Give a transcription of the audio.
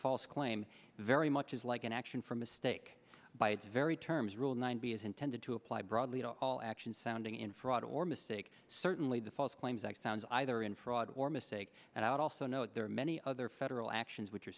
false claim very much is like an action for mistake by its very terms rule nine b is intended to apply broadly to all action sounding in fraud or mistake certainly the false claims act sounds either in fraud or mistake and i would also note there are many other federal actions which